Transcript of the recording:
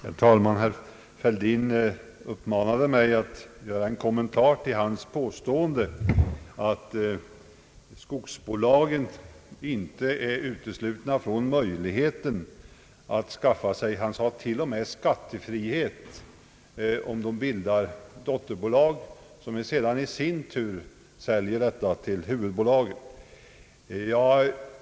Herr talman! Herr Fälldin uppmanade mig att göra en kommentar till hans påstående, att skogsbolagen inte är uteslutna från möjligheten att skaffa sig skattefrihet genom att bilda dotterbolag, som i sin tur säljer till huvud bolaget.